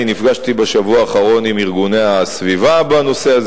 אני נפגשתי בשבוע האחרון עם ארגוני הסביבה בנושא הזה.